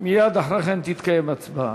מייד אחרי כן תתקיים הצבעה.